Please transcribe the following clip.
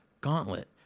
gauntlet